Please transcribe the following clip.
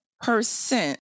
percent